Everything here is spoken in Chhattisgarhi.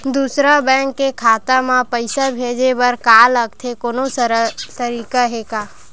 दूसरा बैंक के खाता मा पईसा भेजे बर का लगथे कोनो सरल तरीका हे का?